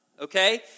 Okay